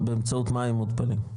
באמצעות מים מותפלים?